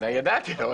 ידעתי.